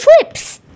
flips